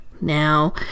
Now